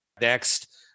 next